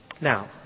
Now